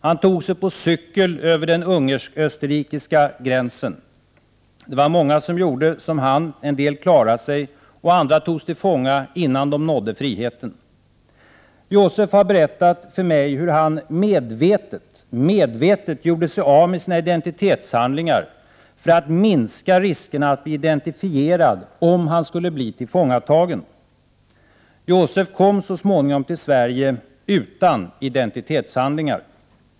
Han tog sig på cykel över den ungersk-österrikiska gränsen. Det var många som gjorde som han. En del klarade sig, andra togs till fånga innan de nådde friheten. Josef har berättat för mig hur han medvetet gjorde sig av med sina identitetshandlingar för att minska riskerna att bli identifierad om han skulle bli tillfångatagen. Josef kom så småningom till Sverige utan identitetshandlingar.